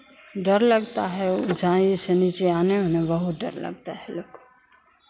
डर लगता है ऊँचाई से नीचे आने में ना बहुत डर लगता है हमलोग को